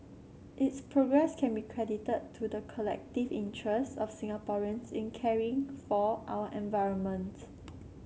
its progress can be credited to the collective interests of Singaporeans in caring for our environments